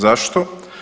Zašto?